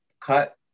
cut